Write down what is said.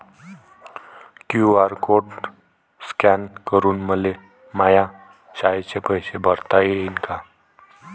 QR code scan करून मले माया शाळेचे पैसे भरता येईन का?